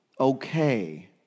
okay